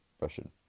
Russian